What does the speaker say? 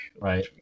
right